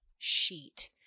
sheet